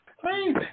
crazy